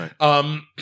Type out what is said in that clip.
Right